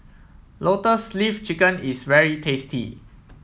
Lotus Leaf Chicken is very tasty